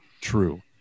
true